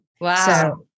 Wow